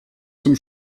zum